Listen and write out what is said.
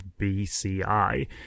BCI